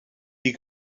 die